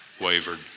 wavered